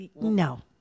no